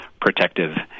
protective